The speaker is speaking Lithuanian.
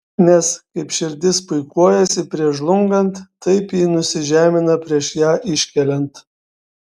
nes kaip širdis puikuojasi prieš žlungant taip ji nusižemina prieš ją iškeliant